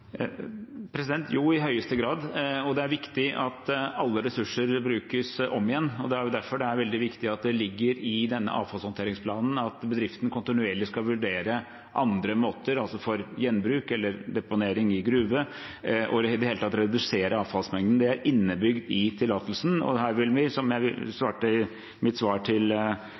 Jo, i høyeste grad, og det er viktig at alle ressurser brukes om igjen. Det er derfor det er veldig viktig at det ligger i denne avfallshåndteringsplanen at bedriften kontinuerlig skal vurdere andre måter, altså gjenbruk eller deponering i gruve, og i det hele tatt redusere avfallsmengden. Det er innebygd i tillatelsen, og her vil vi, som jeg sa i mitt svar til